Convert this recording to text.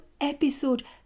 episode